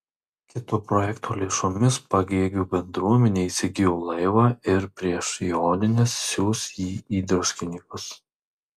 kito projekto lėšomis pagėgių bendruomenė įsigijo laivą ir prieš jonines siųs jį į druskininkus